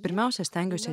pirmiausia stengiuosi